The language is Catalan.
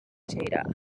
data